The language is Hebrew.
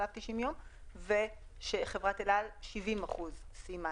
וחברת אל-על סיימה ב-70%.